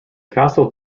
castle